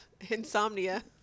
insomnia